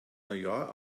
neujahr